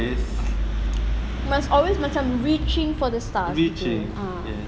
must always macam reaching for the stars a'ah